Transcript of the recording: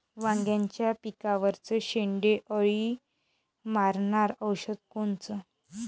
वांग्याच्या पिकावरचं शेंडे अळी मारनारं औषध कोनचं?